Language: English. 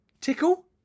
tickle